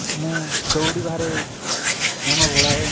ମୁଁ ଦୌଡ଼ିବାରେ ମନ ଭଳାଏ